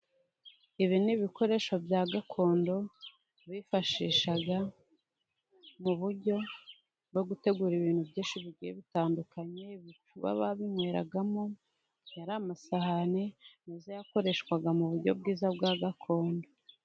Ibi n'ibikoresho bya gakondo bifashishaga mu buryo bwo gutegura ibintu byinshi bigo bitandukanye, babinyweragamo yari amasahani meza yakoreshwaga mu buryo bwiza bwa gakondo.